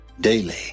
daily